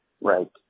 right